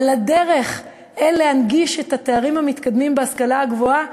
אבל הדרך להנגיש את התארים המתקדמים בהשכלה הגבוהה